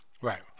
Right